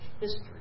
history